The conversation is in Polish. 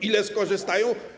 Ile skorzystają?